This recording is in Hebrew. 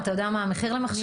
אתה יודע מה המחיר לבדיקה?